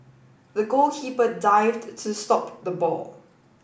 the goalkeeper dived to stop the ball